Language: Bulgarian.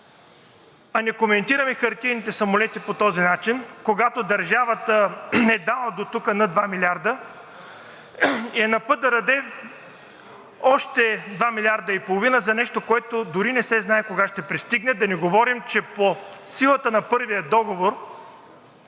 а не коментираме хартиените самолети по този начин, когато държавата е дала дотук над 2 милиарда и е напът да даде още 2,5 милиарда за нещо, което дори не се знае кога ще пристигне, да не говорим, че по силата на първия договор